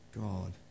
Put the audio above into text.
God